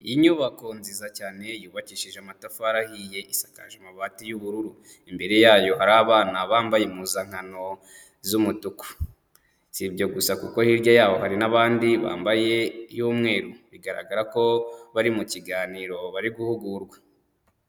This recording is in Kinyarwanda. Inyubako nziza cyane yubakishije amatafari ahiye isakaje amabati y'ubururu, imbere yayo hari abana bambaye impuzankano z'umutuku, si ibyo gusa kuko hirya yaho hari n'abandi bambaye iy'umweru; bigaragara ko bari mu kiganiro bari guhugurwa.